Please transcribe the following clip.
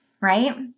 right